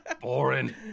Boring